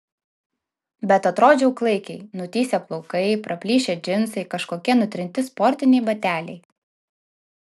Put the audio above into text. bet atrodžiau klaikiai nutįsę plaukai praplyšę džinsai kažkokie nutrinti sportiniai bateliai